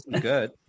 Good